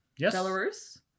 Belarus